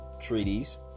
treaties